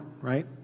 right